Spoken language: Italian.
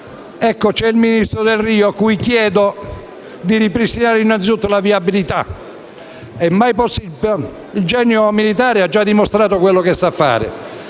presenza del ministro Delrio per chiedergli di ripristinare innanzi tutto la viabilità. Il genio militare ha già dimostrato quello che sa fare.